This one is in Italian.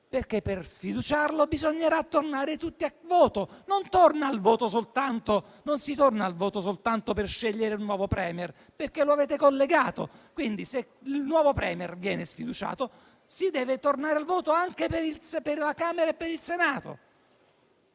perché per sfiduciarlo bisognerà tornare tutti al voto. Non si torna al voto soltanto per scegliere il nuovo *Premier*, perché lo avete collegato. Quindi, se il *Premier* viene sfiduciato, si deve tornare al voto anche per la Camera e per il Senato.